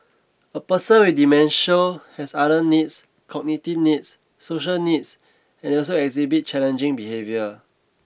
a person with dementia has other needs cognitive needs social needs and they also exhibit challenging behaviour